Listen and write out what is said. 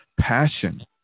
passion